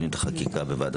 אני מקדם את זה בוועדת